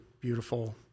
beautiful